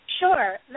Sure